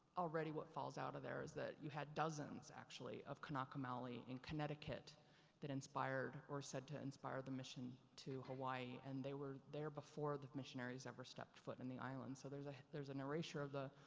already what falls out of there is that you had dozens actually of kanaka maoli in connecticut that inspired or is said to have inspired the mission to hawaii. and they were there before the missionaries ever stepped foot in the island. so there's a, there's an erasure of the,